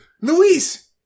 Luis